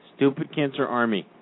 Stupidcancerarmy